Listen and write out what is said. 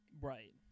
Right